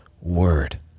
word